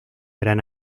gran